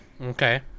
Okay